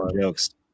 jokes